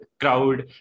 crowd